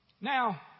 Now